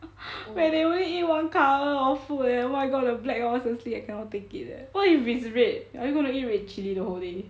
where they only eat one colour food eh oh my god the black hor seriously I cannot take it eh what if it's red are you gonna eat red chili the whole day